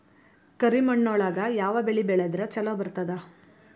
ಕರಿಮಣ್ಣೊಳಗ ಯಾವ ಬೆಳಿ ಬೆಳದ್ರ ಛಲೋ ಬರ್ತದ?